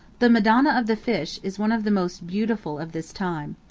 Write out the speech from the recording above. the madonna of the fish is one of the most beautiful of this time.